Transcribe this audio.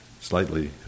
slightly